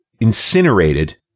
incinerated